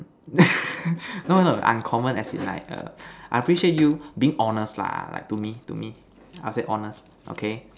no no uncommon as in like err I appreciate you being honest lah like to me to me I'll say honest okay